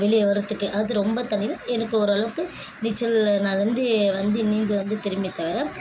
வெளியே வர்றத்துக்கு அது ரொம்ப தவிர எனக்கு ஒரு அளவுக்கு நீச்சல் நான் வந்து வந்து நீந்தி வந்து தெரியுமே தவிர